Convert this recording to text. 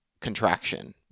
contraction